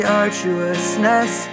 arduousness